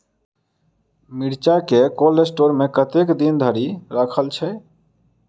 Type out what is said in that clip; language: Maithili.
मिर्चा केँ कोल्ड स्टोर मे कतेक दिन धरि राखल छैय?